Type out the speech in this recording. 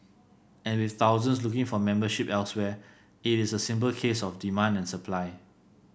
and with thousands looking for membership elsewhere it is a simple case of demand and supply